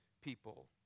people